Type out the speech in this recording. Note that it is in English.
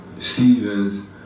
Stevens